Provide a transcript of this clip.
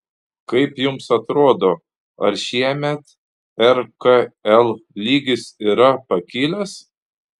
kaip jums atrodo ar šiemet rkl lygis yra pakilęs